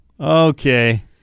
okay